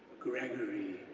gregory,